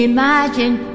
Imagine